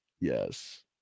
yes